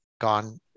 gone